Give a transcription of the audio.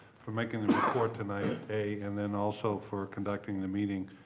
for making the report tonight, a, and then also for conducting the meeting